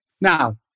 Now